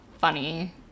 funny